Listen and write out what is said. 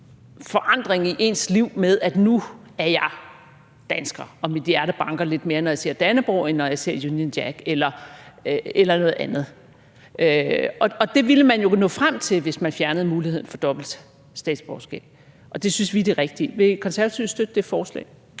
forandring i ens liv, hvor man siger: Nu er jeg dansker, og mit hjerte banker lidt mere, når jeg ser Dannebrog, end når jeg ser Union Jack eller noget andet. Og det ville man jo nå frem til, hvis man fjernede muligheden for dobbelt statsborgerskab, og det synes vi er det rigtige. Vil De Konservative støtte det forslag?